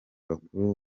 bakuru